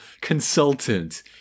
consultant